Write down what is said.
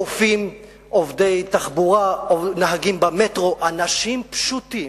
אופים, עובדי תחבורה, נהגים במטרו, אנשים פשוטים.